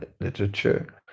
literature